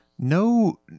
No